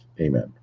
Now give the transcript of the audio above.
Amen